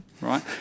right